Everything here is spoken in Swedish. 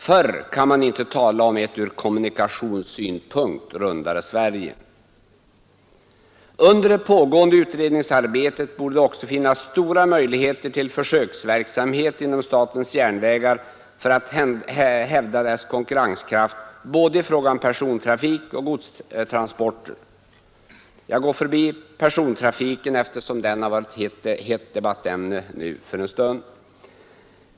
Förr kan man inte tala om ett från kommunikationssynpunkt rundare Sverige. Under det pågående utredningsarbetet borde det också finnas stora möjligheter till försöksverksamhet inom statens järnvägar. för att hävda dess konkurrenskraft såväl i fråga om persontrafik som i fråga om godstransporter. Jag går förbi persontrafiken, eftersom den redan varit ett hett debattämne för en stund sedan.